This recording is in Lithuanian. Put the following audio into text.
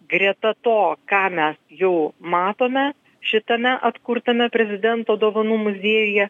greta to ką mes jau matome šitame atkurtame prezidento dovanų muziejuje